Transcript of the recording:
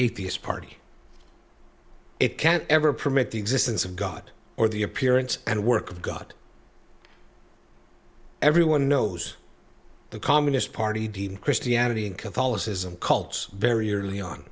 atheist party it can't ever permit the existence of god or the appearance and work of god everyone knows the communist party christianity and catholicism cults very early on